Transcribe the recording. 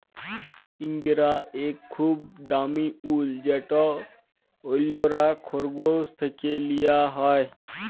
ইঙ্গরা ইক খুব দামি উল যেট অল্যরা খরগোশ থ্যাকে লিয়া হ্যয়